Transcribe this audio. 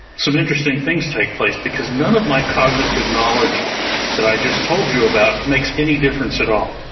some interesting things take place because none of my cognitive knowledge that i just told you about makes any difference at all.